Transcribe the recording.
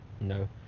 no